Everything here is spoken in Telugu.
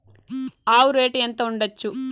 ఆవు రేటు ఎంత ఉండచ్చు?